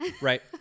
Right